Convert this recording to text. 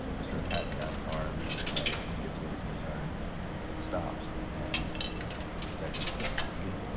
i started patting down his arms and his legs, and i get to where his knees are, and it stops. and that didn't click, again.